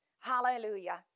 Hallelujah